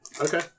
Okay